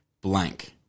blank